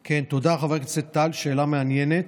תודה, חבר הכנסת טל, שאלה מעניינת.